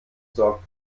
sorgt